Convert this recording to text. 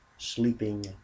sleeping